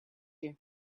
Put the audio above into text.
you